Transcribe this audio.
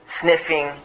sniffing